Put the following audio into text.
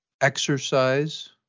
exercise